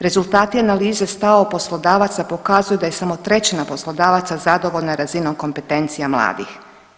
Rezultati analize i … poslodavaca pokazuje da je samo trećina poslodavaca zadovoljna razinom kompetencija mladih.